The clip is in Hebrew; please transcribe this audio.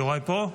יוראי פה?